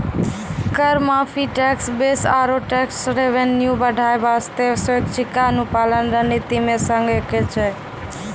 कर माफी, tax base आरो टैक्स रेवेन्यू बढ़ाय बासतें स्वैछिका अनुपालन रणनीति मे सं एक छै